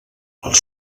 els